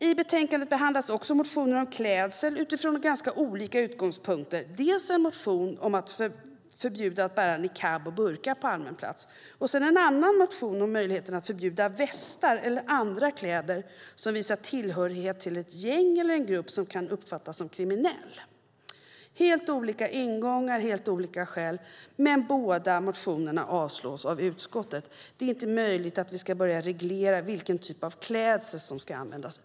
I betänkandet behandlas också motioner om klädsel utifrån ganska olika utgångspunkter. Det finns en motion om förbud att bära niqab och burka på allmän plats. Sedan finns det en annan motion om möjligheten att förbjuda västar eller andra kläder som visar tillhörighet till ett gäng eller en grupp som kan uppfattas som kriminell. Det är helt olika ingångar i dessa motioner och helt olika skäl för dem. Men båda motionerna avstyrks av utskottet. Det är inte möjligt att vi ska börja reglera vilken typ av klädsel som ska användas.